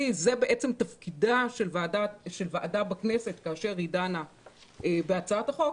זה תפקידה של ועדה בכנסת כאשר היא דנה בהצעת החוק,